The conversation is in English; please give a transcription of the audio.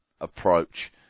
approach